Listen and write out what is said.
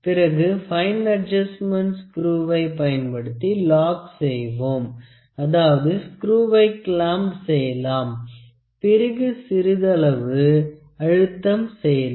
பிறகு fine adjustment ஸ்குருவை பயன்படுத்தி லாக் செய்வோம் அதாவது ஸ்குருவை கிளாம்ப் செய்யலாம் பிறகு சிறிதளவு அழுத்தம் செலுத்தலாம்